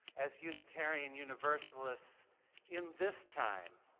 as unitarian universalists in this time